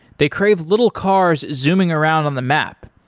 they crave little cars zooming around on the map.